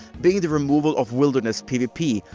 being the removal of wilderness pvp,